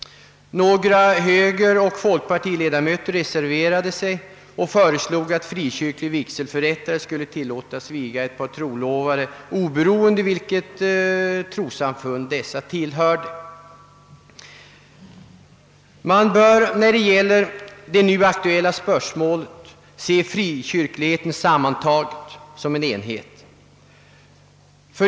Några högeroch folkpartiledamöter reserverade sig och föreslog att frikyrklig vigselförrättare skulle tilllåtas viga trolovade oberoende av vilket trossamfund dessa tillhörde. Man bör när det gäller det nu aktuella spörsmålet betrakta frikyrkligheten som en enhet.